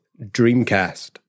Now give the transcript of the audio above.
Dreamcast